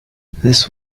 this